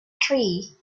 tree